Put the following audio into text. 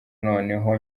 noneho